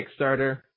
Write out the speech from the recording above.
Kickstarter